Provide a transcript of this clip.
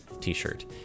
t-shirt